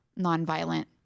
nonviolent